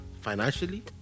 financially